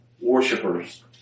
worshippers